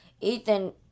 Ethan